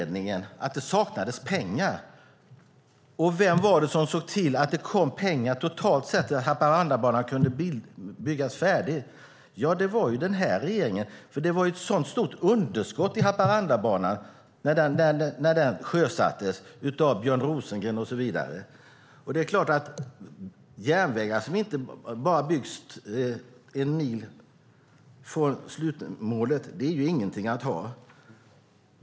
Det saknades pengar. Vem var det som såg till att det kom pengar så att Haparandabanan kunde byggas färdigt? Det var den här regeringen. Det var ett stort underskott i finansieringen av Haparandabanan när banan sjösattes av Björn Rosengren och så vidare. Järnvägar som byggs fram till en mil före slutmålet är inget att ha.